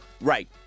Right